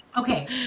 okay